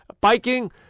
biking